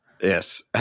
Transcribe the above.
Yes